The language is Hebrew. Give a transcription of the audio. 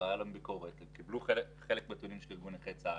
ובואו ניקח אותי כדי לא לדבר על אחרים.